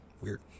weird